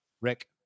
Rick